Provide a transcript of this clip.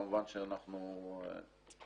כמובן שאנחנו נלך על זה.